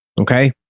Okay